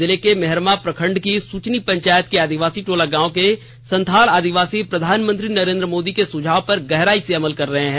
जिले के मेहरमा प्रखंड की सुचनी पंचायत के आदिवासी टोला गांव के संथाल आदिवासी प्रधानमंत्री नरेंद्र मोदी के सुझाव पर गहराई से अमल कर रहे हैं